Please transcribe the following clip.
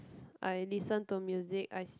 I listen to music I